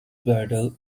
battle